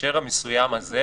בהקשר המסוים הזה,